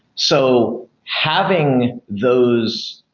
so having those